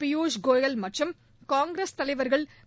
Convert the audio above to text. பியுஷ் கோயல் மற்றும் காங்கிரஸ் தலைவர்கள் திரு